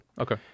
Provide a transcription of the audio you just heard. Okay